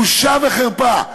בושה וחרפה.